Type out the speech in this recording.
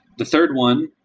the third one,